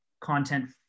content